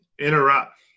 interrupt